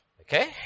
Okay